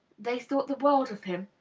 they thought the world of him,